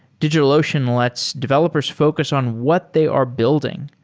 digitalocean lets developers focus on what they are building.